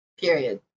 period